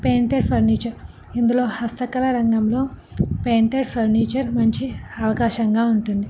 painted furniture ఇందులో హస్తకళ రంగంలో పెయింటెడ్ ఫర్నిచర్ మంచి అవకాశంగా ఉంటుంది